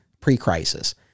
pre-crisis